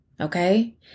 Okay